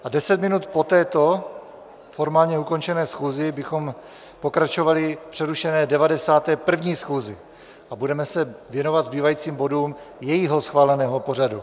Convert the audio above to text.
A deset minut po této formálně ukončené schůzi bychom pokračovali v přerušené 91. schůzi a budeme se věnovat zbývajícím bodům jejího schváleného pořadu.